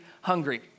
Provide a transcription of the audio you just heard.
hungry